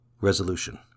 Resolution